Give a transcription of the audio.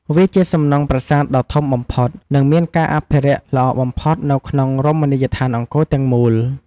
វាជាសំណង់ប្រាសាទថ្មដ៏ធំបំផុត និងមានការអភិរក្សល្អបំផុតនៅក្នុងរមណីយដ្ឋានអង្គរទាំងមូល។